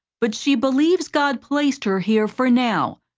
but she believes god placed her here for now.